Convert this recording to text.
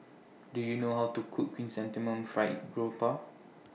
Do YOU know How to Cook Chrysanthemum Fried Garoupa